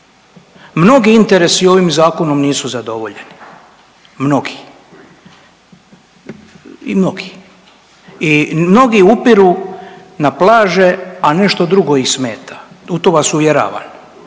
Mnogi interesi ovim zakonom nisu zadovoljeni, mnogi. I mnogi. I mnogi upiru na plaže, a nešto drugo ih smeta, u to vas uvjeravam.